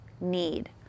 need